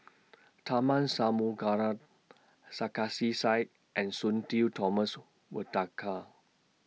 Tharman Sarkasi Said and Sudhir Thomas